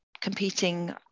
competing